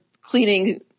cleaning